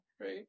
right